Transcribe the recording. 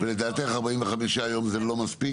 ולדעתך, 45 יום זה לא מספיק?